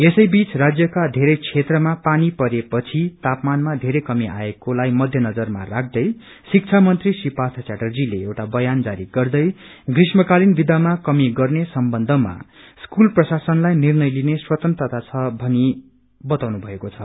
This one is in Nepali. यसैबीच राज्यका धेरै क्षेत्रमा पानी परे पछि तापमानमा धेरै कमी आएको लाई मध्यजर राख्दै शिक्षा मंत्री री पार्थ चदर्जीले एउटा बयान जारी गर्दै ग्रीष्म कालिन विदामा कमी गर्ने सम्बन्धमा स्कूल प्रशासनलाई निर्णय लिने स्वतंत्रता छ भनी वताउनु भएको छ